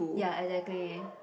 ya exactly